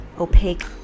opaque